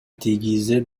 тийгизет